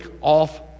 off